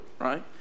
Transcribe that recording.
right